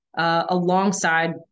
alongside